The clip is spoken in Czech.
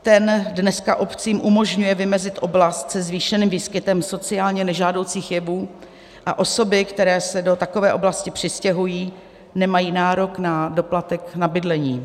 Ten dneska obcím umožňuje vymezit oblast se zvýšeným výskytem sociálně nežádoucích jevů a osoby, které se do takové oblasti přistěhují, nemají nárok na doplatek na bydlení.